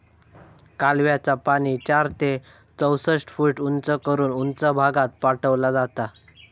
कालव्याचा पाणी चार ते चौसष्ट फूट उंच करून उंच भागात पाठवला जाता